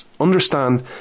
understand